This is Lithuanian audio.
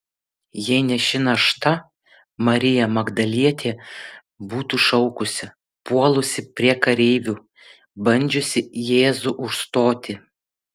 jei ne ši našta marija magdalietė būtų šaukusi puolusi prie kareivių bandžiusi jėzų užstoti